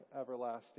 everlasting